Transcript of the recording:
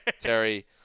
Terry